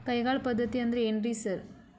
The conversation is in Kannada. ಕೈಗಾಳ್ ಪದ್ಧತಿ ಅಂದ್ರ್ ಏನ್ರಿ ಸರ್?